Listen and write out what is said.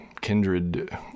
kindred